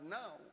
now